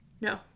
No